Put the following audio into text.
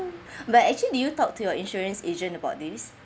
but actually do you talk to your insurance agent about this